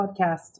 podcast